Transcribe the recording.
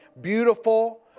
Beautiful